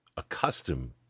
accustomed